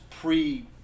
pre